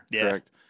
correct